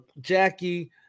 Jackie